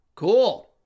Cool